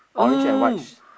oh